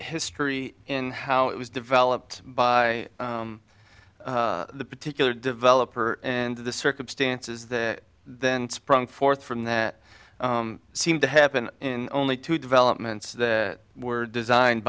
history in how it was developed by the particular developer and the circumstances that then sprung forth from that seemed to happen in only two developments that were designed